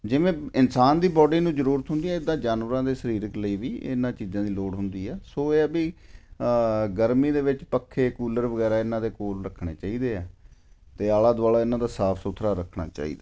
ਜਿਵੇਂ ਇਨਸਾਨ ਦੀ ਬਾਡੀ ਨੂੰ ਜ਼ਰੂਰਤ ਹੁੰਦੀ ਆ ਇੱਦਾਂ ਜਾਨਵਰਾਂ ਦੇ ਸਰੀਰਿਕ ਲਈ ਵੀ ਇਹਨਾਂ ਚੀਜ਼ਾਂ ਦੀ ਲੋੜ ਹੁੰਦੀ ਆ ਸੋ ਇਹ ਆ ਵੀ ਗਰਮੀ ਦੇ ਵਿੱਚ ਪੱਖੇ ਕੂਲਰ ਵਗੈਰਾ ਇਹਨਾਂ ਦੇ ਕੋਲ ਰੱਖਣੇ ਚਾਹੀਦੇ ਆ ਅਤੇ ਆਲਾ ਦੁਆਲਾ ਇਹਨਾਂ ਦਾ ਸਾਫ਼ ਸੁਥਰਾ ਰੱਖਣਾ ਚਾਹੀਦਾ